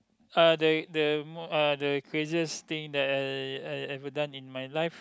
uh the the mo~ the craziest thing that I I I ever done in my life